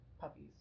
Puppies